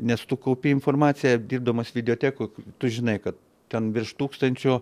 nes tu kaupi informaciją dirbdamas videotekoj tu žinai kad ten virš tūkstančio